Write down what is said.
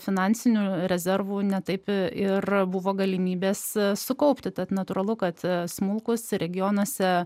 finansinių rezervų ne taip ir buvo galimybės sukaupti tad natūralu kad smulkūs regionuose